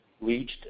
reached